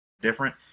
different